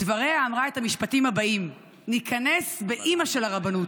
בדבריה אמרה את המשפטים הבאים: ניכנס באימא של הרבנות.